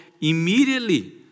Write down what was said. immediately